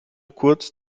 kurz